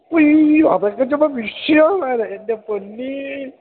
ഉയ്യോ അതൊക്കെ ചുമ്മാ എൻ്റെ പൊന്നേ